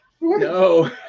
No